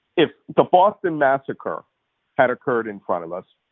if the boston massacre had occurred in front of us,